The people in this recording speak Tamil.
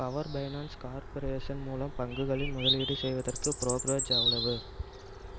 பவர் பைனான்ஸ் கார்பரேஷன் மூலம் பங்குகளில் முதலீடு செய்வதற்கு ப்ரோக்ரேஜ் எவ்வளவு